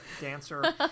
dancer